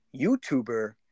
YouTuber